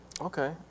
okay